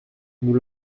nous